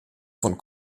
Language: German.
von